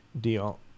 deal